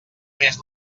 més